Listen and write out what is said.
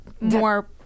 more